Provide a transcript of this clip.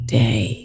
day